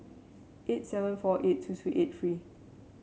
eight seven four eight two two eight three